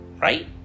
Right